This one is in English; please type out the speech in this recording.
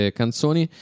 canzoni